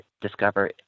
discover